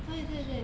对对对